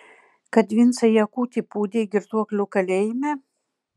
kad vincą jakutį pūdei girtuoklių kalėjime